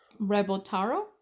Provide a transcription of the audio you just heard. Rebotaro